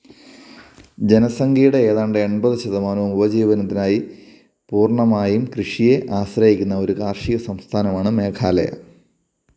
ജനസംഖ്യയുടെ ഏതാണ്ട് എൺപത് ശതമാനവും ഉപജീവനത്തിനായി പൂർണ്ണമായും കൃഷിയെ ആശ്രയിക്കുന്ന ഒരു കാർഷിക സംസ്ഥാനമാണ് മേഘാലയ